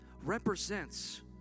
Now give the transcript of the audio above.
represents